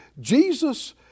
Jesus